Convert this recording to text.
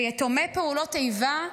ויתומי פעולות איבה,